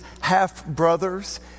half-brothers